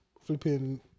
flipping